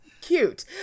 cute